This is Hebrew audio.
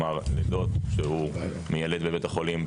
כלומר: לידות שהוא מיילד בבית החולים,